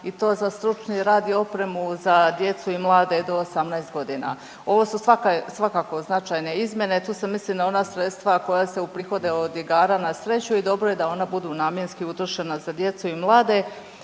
i to za stručni rad i opremu za djecu i mlade do 18.g.. Ovo su svakako značajne izmjene, tu se misli na ona sredstva koja se uprihode od igara na sreću i dobro je da ona budu namjenski utrošena za djecu i mlade